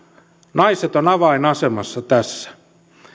naiset ovat avainasemassa tässä